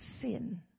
sin